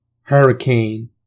Hurricane